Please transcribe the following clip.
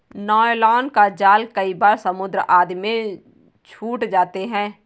nylon का जाल कई बार समुद्र आदि में छूट जाते हैं